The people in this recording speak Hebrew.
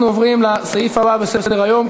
אנחנו עוברים לסעיף הבא בסדר-היום,